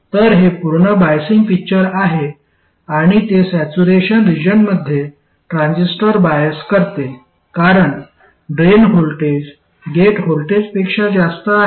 तर हे पूर्ण बायसिंग पिक्चर आहे आणि ते सॅच्युरेशन रिजनमध्ये ट्रान्झिस्टर बायस करते कारण ड्रेन व्होल्टेज गेट व्होल्टेजपेक्षा जास्त आहे